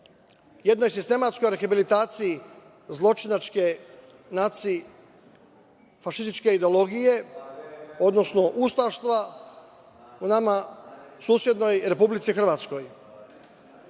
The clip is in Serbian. jednoj sistematskoj rehabilitaciji zločinačke fašističke ideologije, odnosno ustaštva u nama susednoj republici Hrvatskoj.